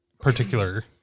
particular